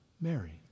Mary